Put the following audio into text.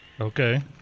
Okay